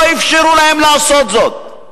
לא אפשרו להם לעשות זאת.